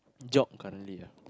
job currently ah